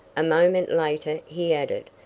a moment later he added,